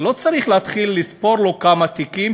לא צריך להתחיל לספור לו כמה תיקים,